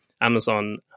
Amazon